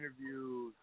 interviews